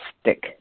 stick